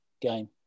game